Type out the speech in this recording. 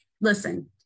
listen